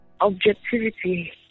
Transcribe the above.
Objectivity